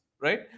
right